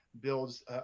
builds